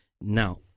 Now